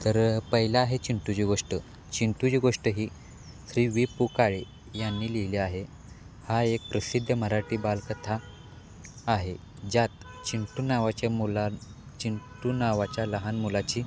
तर पहिला आहे चिंटूची गोष्ट चिंटूची गोष्ट ही श्री व पु काळे यांनी लिहिलेली आहे हा एक प्रसिद्ध मराठी बालकथा आहे ज्यात चिंटू नावाच्या मुला चिंटू नावाच्या लहान मुलाची